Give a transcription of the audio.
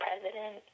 president